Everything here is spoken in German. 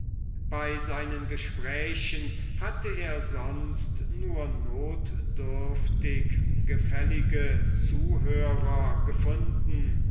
bei seinen gesprächen hatte er sonst nur notdürftig gefällige zuhörer gefunden